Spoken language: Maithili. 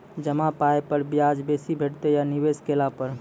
जमा पाय पर ब्याज बेसी भेटतै या निवेश केला पर?